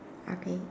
ah K